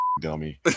dummy